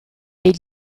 est